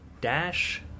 dash